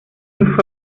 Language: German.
fünf